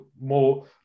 more